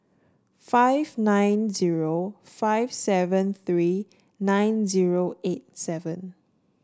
five nine zero five seven three nine zero eight seven